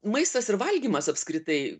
maistas ir valgymas apskritai